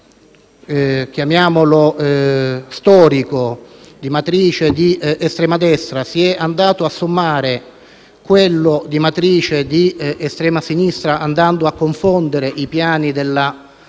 chiamiamolo così, di matrice di estrema destra, si è andato a sommare quello di matrice di estrema sinistra, andando a confondere i piani